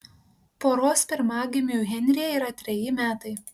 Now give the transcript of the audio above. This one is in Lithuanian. poros pirmagimiui henryje yra treji metai